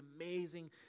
amazing